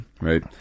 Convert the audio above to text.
right